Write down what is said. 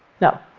now,